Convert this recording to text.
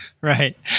Right